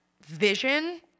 vision